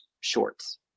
shorts